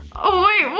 oh wait, what?